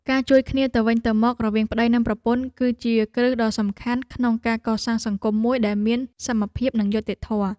ការជួយគ្នាទៅវិញទៅមករវាងប្តីនិងប្រពន្ធ គឺជាគ្រឹះដ៏សំខាន់ក្នុងការកសាងសង្គមមួយដែលមានសមភាពនិងយុត្តិធម៌។